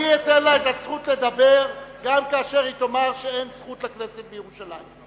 אני אתן לה את הזכות לדבר גם כאשר היא תאמר שאין זכות לכנסת בירושלים.